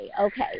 okay